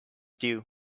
due